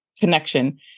connection